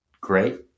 great